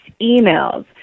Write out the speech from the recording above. emails